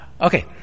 Okay